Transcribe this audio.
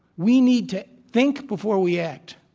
we need to think before we act,